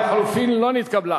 לא נתקבלה.